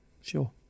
Sure